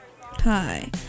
Hi